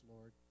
Lord